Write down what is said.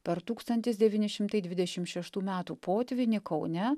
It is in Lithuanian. per tūkstantis devyni šimtai dvidešimt šeštų metų potvynį kaune